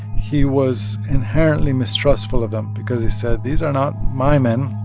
he was inherently mistrustful of them because, he said, these are not my men.